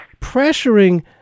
pressuring